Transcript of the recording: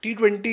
T20